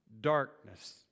darkness